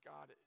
God